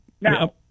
Now